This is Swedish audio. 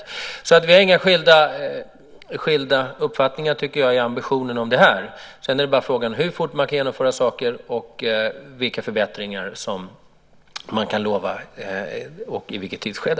Jag tycker inte att vi har några skilda uppfattningar i fråga om ambitionen när det gäller detta. Sedan är det bara fråga om hur fort man kan genomföra saker och vilka förbättringar som man kan lova och i vilket tidsskede.